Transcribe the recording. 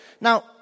Now